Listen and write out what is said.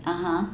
(uh huh)